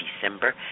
December